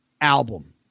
album